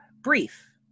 Brief